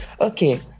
Okay